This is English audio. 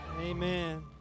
Amen